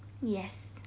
yes